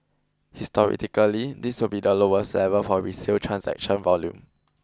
this will be lowest level for resale transaction volume